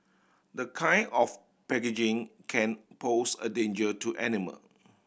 the kind of packaging can pose a danger to animal